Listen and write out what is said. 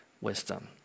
wisdom